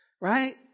Right